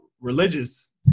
religious